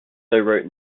wrote